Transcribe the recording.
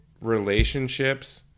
relationships –